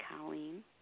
Colleen